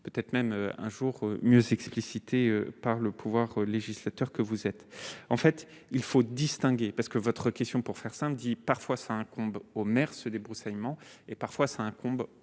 peut-être même un jour mieux explicitées par le pouvoir législateurs législateur que vous êtes en fait, il faut distinguer parce que votre question pour faire samedi, parfois ça incombe au maire se débroussaillement et parfois ça incombe